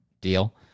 deal